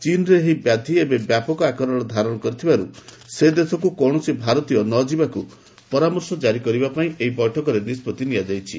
ଚୀନରେ ଏହି ବ୍ୟାଧି ଏବେ ବ୍ୟାପକ ଆକାର ଧାରଣ କରିଥିବାରୁ ସେ ଦେଶକୁ କୌଣସି ଭାରତୀୟ ନ ଯିବାକୁ ପରାମର୍ଶ ଜାରି କରିବା ପାଇଁ ଏହି ବୈଠକରେ ନିଷ୍ପଭି ନିଆଯାଇଛି